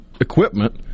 equipment